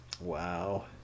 Wow